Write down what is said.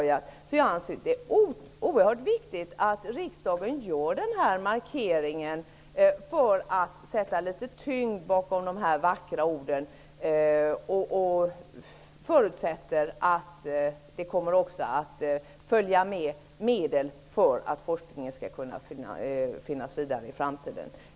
Jag anser därför att det är oerhört viktigt att riksdagen gör den här markeringen för att lägga litet tyngd bakom de vackra orden, och jag förutsätter att det med detta kommer att följa medel, så att forskningen skall kunna finnas kvar i framtiden.